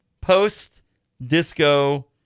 post-disco